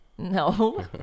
No